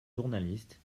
journalistes